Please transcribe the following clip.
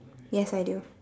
yes I do